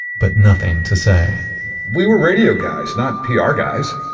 but nothing to say we were radio guys, not pr guys.